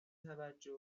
توجه